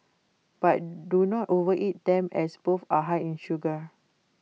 but do not overeat them as both are high in sugar